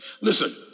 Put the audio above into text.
Listen